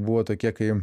buvo tokie kai